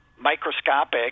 microscopic